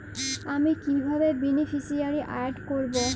আমি কিভাবে beneficiary add করব?